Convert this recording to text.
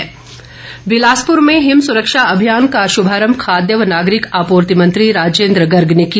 राजेन्द्र गर्ग बिलासपुर में हिम सुरक्षा अभियान का शुभारंभ खाद्य व नागरिक आपूर्ति मंत्री राजेन्द्र गर्ग ने किया